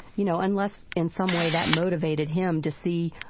you know, unless in some way that motivated him to see,